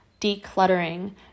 decluttering